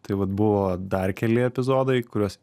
tai vat buvo dar keli epizodai kuriuos